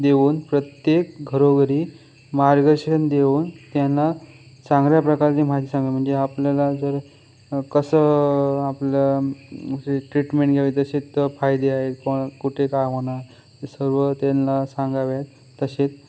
देऊन प्रत्येक घरोघरी मार्गदर्शन देऊन त्यांना चांगल्या प्रकारची म्हणजे आपल्याला जर कसं आपलं ट्रीटमेंट घ्यावी तसेच फायदे आहेत कुठे काय होणार सर्व त्यांना सांगावे तसे